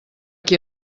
qui